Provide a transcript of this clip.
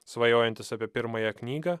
svajojantis apie pirmąją knygą